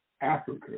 Africa